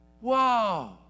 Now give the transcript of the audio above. Whoa